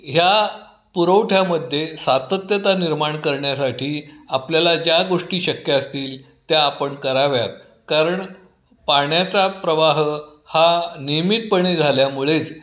ह्या पुरवठ्यामध्ये सातत्यता निर्माण करण्यासाठी आपल्याला ज्या गोष्टी शक्य असतील त्या आपण कराव्यात कारण पाण्याचा प्रवाह हा नियमितपणे झाल्यामुळेच